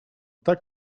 tak